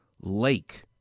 lake